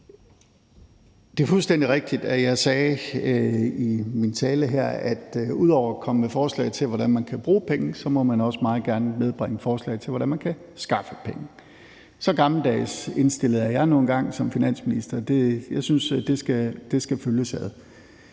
Det er fuldstændig rigtigt, at jeg sagde i min tale her, at ud over at komme med forslag til, hvordan man kan bruge penge, så må man også meget gerne medbringe forslag til, hvordan man kan skaffe penge. Så gammeldags indstillet er jeg nu engang som finansminister. Jeg synes, at det skal følges ad.